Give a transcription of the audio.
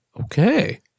Okay